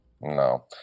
No